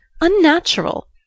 unnatural